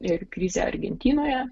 ir krizę argentinoje